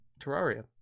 Terraria